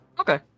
Okay